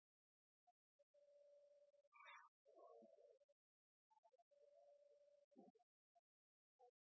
er bare